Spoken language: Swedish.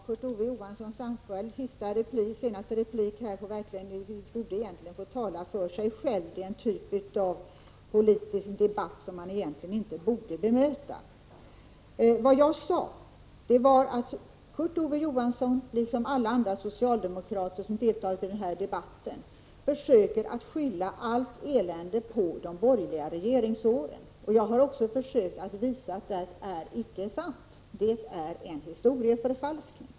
Herr talman! Kurt Ove Johanssons senaste replik borde egentligen få tala för sig själv. Han för en typ av politisk debatt som man egentligen inte borde bemöta. Vad jag sade var att Kurt Ove Johansson liksom alla andra socialdemokrater som deltagit i den här debatten försöker att skylla allt elände på de borgerliga regeringsåren. Jag har också försökt visa att vad de säger inte är sant. Det är historieförfalskning.